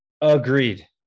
agreed